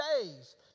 days